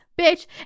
bitch